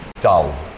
dull